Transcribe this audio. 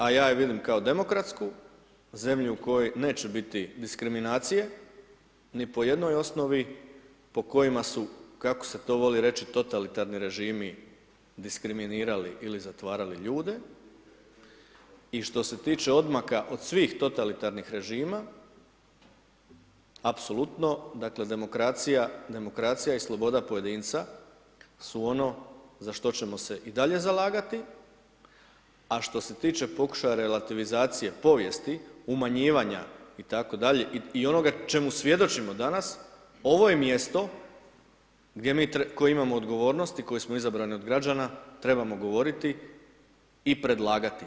A ja je vidim kao demokratsku, zemlju u kojoj neće biti diskriminacije, ni po jednoj osnovi po kojima su, kako se to voli reći totalitarni režimi diskriminirali ili zatvarali ljude, i što se tiče odmaka od svih totalitarnih režima, apsolutno, dakle, demokracija i sloboda pojedinca su ono za što ćemo se i dalje zalagati, a što se tiče pokušaja relativizacije povijesti, umanjivanja itd., i onoga čemu svjedočimo danas, ovo je mjesto gdje mi, koji imamo odgovornost i koji smo izabrani od građana trebamo govoriti i predlagati.